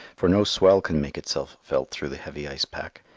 for no swell can make itself felt through the heavy ice pack.